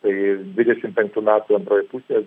tai dvidešim penktų metų antroj pusėj